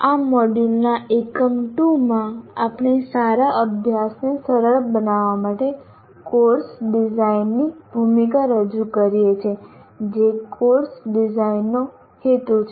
આ મોડ્યુલના એકમ 2 માં આપણે સારા અભ્યાસને સરળ બનાવવા માટે કોર્સ ડિઝાઇનની ભૂમિકા રજૂ કરીએ છીએ જે કોર્સ ડિઝાઇનનો હેતુ છે